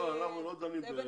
לא, אנחנו לא דנים בזה.